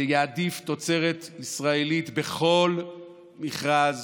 שיעדיף תוצרת ישראלית בכל מכרז,